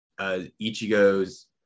Ichigo's